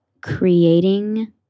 creating